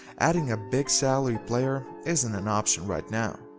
adding a big salary player isn't an option right now.